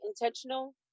intentional